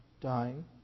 dying